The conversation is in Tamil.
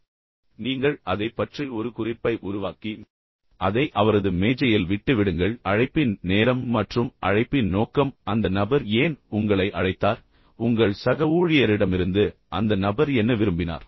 எனவே நீங்கள் அதைப் பற்றி ஒரு குறிப்பை உருவாக்கி அதை அவரது மேஜையில் விட்டு விடுங்கள் அழைப்பின் நேரம் மற்றும் அழைப்பின் நோக்கம் அந்த நபர் ஏன் உங்களை அழைத்தார் உங்கள் சக ஊழியரிடமிருந்து அந்த நபர் என்ன விரும்பினார்